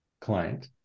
client